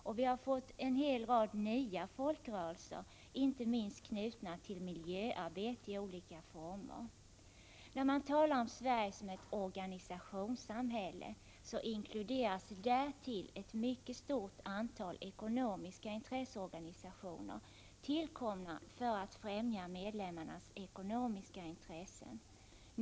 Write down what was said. Dessutom har vi fått en rad ”nya” folkrörelser, som, inte minst, är knutna till miljöarbete i olika former. När man talar om Sverige som ett organisationssamhälle inkluderas däri ett mycket stort antal ekonomiska intresseorganisationer tillkomna för att främja medlemmarnas ekonomiska intressen.